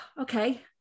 okay